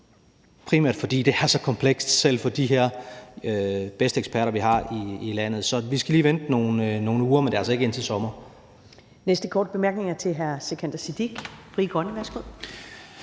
primært fordi det er så komplekst, selv for de bedste eksperter, vi har i landet. Så vi skal lige vente nogle uger, men det er altså ikke indtil sommer.